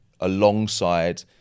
alongside